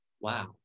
wow